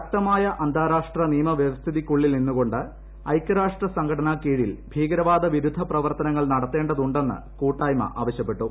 ശക്തമായ അന്താരാഷ്ട്ര നിയമ വ്യവസ്ഥിതിക്കുള്ളിൽ നിന്നുകൊണ്ട് ഐക്യരാഷ്ട്ര സംഘടനാ കീഴിൽ ഭീകരവാദ വിരുദ്ധ പ്രവർത്തനങ്ങൾ നടത്തേണ്ടതുണ്ടെന്ന് കൂട്ടായ്മ ആവശ്യപ്പെട്ടു